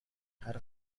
харь